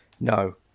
No